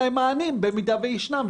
על מנת שיוכלו לקבל מענה אם יש בעיות.